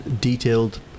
detailed